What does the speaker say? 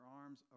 arms